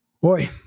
boy